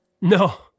No